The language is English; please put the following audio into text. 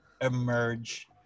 emerge